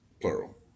plural